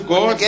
God